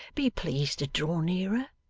be pleased to draw nearer.